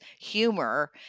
humor